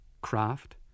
craft